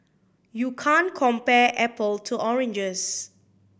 you can't compare apple to oranges